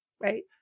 right